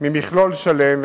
ממכלול שלם,